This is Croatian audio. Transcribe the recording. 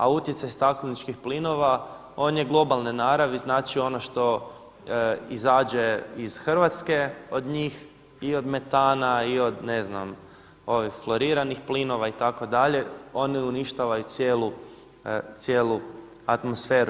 A utjecaj stakleničkih plinova, on je globalne naravi, znači ono što izađe iz Hrvatske od njih, i od metana i od ne znam ovih floriranih plinova itd., one uništavaju cijelu atmosferu.